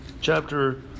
Chapter